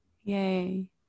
Yay